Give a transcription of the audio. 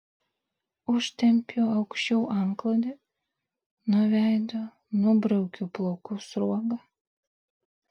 užtempiu aukščiau antklodę nuo veido nubraukiu plaukų sruogą